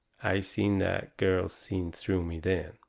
i seen that girl seen through me then.